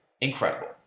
Incredible